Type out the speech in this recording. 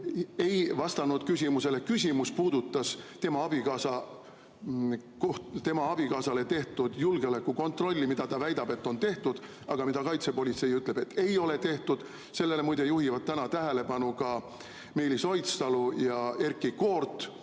ei vastanud küsimusele. Küsimus puudutas tema abikaasale tehtud julgeolekukontrolli, mille kohta ta väidab, et on tehtud, aga kaitsepolitsei ütleb, et ei ole tehtud. Sellele muide juhivad täna tähelepanu ka Meelis Oidsalu ja Erkki Koort